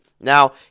Now